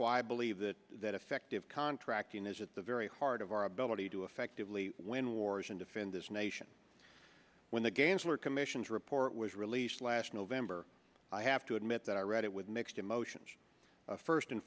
why i believe that that effective contracting is at the very heart of our ability to effectively win wars and defend this nation when the games were commission's report was released last november i have to admit that i read it with mixed emotions first and